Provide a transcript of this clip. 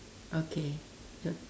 okay ya